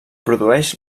produeix